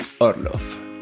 Orlov